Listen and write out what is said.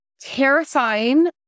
terrifying